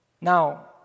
Now